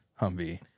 Humvee